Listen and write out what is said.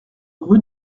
rue